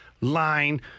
line